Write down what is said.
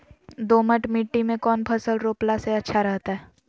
दोमट मिट्टी में कौन फसल रोपला से अच्छा रहतय?